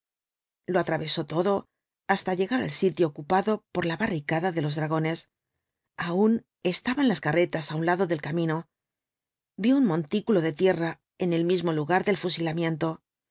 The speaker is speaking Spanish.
lo atravesó todo hasta llegar al sitio ocupado por la barricada de los dragones aun estaban las carretas á un lado del camino vio un montículo de tierra en el mismo lugar del fusilamiento